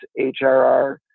HRR